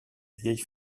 vieille